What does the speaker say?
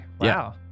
Wow